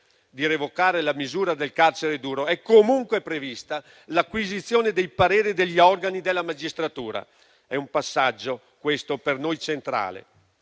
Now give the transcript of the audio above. di revocare la misura del carcere duro, è comunque prevista l'acquisizione dei pareri degli organi della magistratura. È un passaggio, questo, per noi centrale.